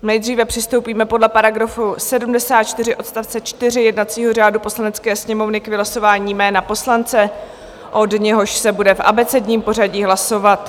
Nejdříve přistoupíme podle § 74 odst. 4 jednacího řádu Poslanecké sněmovny k vylosování jména poslance, od něhož se bude v abecedním pořadí hlasovat.